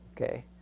okay